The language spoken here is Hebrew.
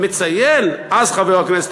מציין אז חבר הכנסת,